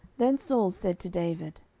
then saul said to david,